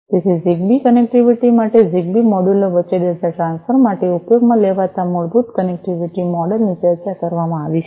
તેથી Zigbee connectivity માટે Zigbee મોડ્યુલો વચ્ચે ડેટા ટ્રાન્સફર માટે ઉપયોગમાં લેવાતા મૂળભૂત કનેક્ટિવિટી મોડલ ની ચર્ચા કરવામાં આવી છે